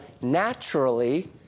naturally